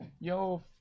Yo